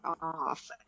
off